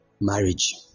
marriage